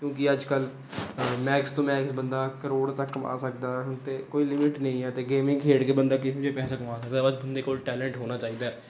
ਕਿਉਂਕਿ ਅੱਜ ਕੱਲ੍ਹ ਮੈਕਸ ਤੋਂ ਮੈਕਸ ਬੰਦਾ ਕਰੋੜ ਤੱਕ ਕਮਾ ਸਕਦਾ ਹੈ ਹੁਣ ਤਾਂ ਕੋਈ ਲਿਮਿਟ ਨਹੀਂ ਹੈ ਅਤੇ ਗੇਮਿੰਗ ਖੇਡ ਕੇ ਬੰਦਾ ਕਿਹੋ ਜਿਹੇ ਪੈਸਾ ਕਮਾ ਸਕਦਾ ਬਸ ਬੰਦੇ ਕੋਲ ਟੈਲੈਂਟ ਹੋਣਾ ਚਾਹੀਦਾ